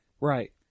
right